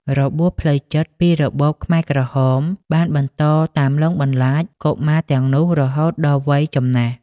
របួសផ្លូវចិត្ត ពីរបបខ្មែរក្រហមបានបន្តតាមលងបន្លាចកុមារទាំងនោះរហូតដល់វ័យចំណាស់។